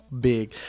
Big